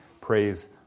praise